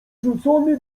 zwrócony